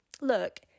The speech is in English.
Look